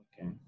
Okay